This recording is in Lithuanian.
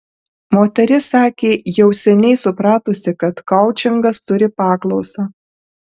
moteris sakė jau seniai supratusi kad koučingas turi paklausą